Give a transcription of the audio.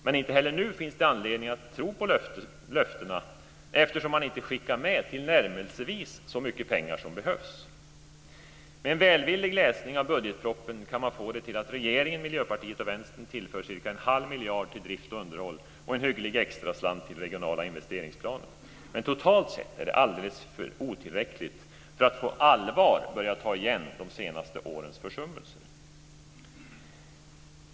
Men inte heller nu finns det anledning att tro på löftena eftersom man inte skickar med tillnärmelsevis så mycket pengar som behövs. Med en välvillig läsning av budgetpropositionen kan man få det till att regeringen, Miljöpartiet och Vänsterpartiet tillför cirka en halv miljard till drift och underhåll och en hygglig extraslant till regionala investeringsplaner, men totalt sett är det alldeles otillräckligt för att man på allvar ska kunna börja ta igen de senaste årens försummelser.